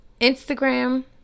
instagram